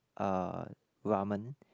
uh ramen